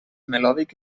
melòdic